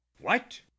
What